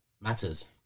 matters